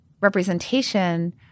representation